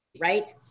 right